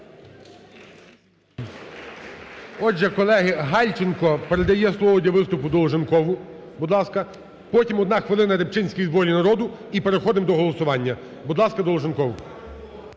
Отже, колеги, Гальченко, передає слово для виступу Долженкову, будь ласка. Потім – одна хвилини Рибчинський з "Волі народу", і переходимо до голосування. Будь ласка, Долженков.